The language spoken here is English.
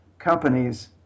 Companies